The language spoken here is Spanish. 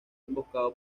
emboscado